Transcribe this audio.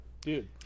Dude